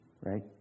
Right